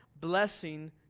Blessing